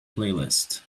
playlist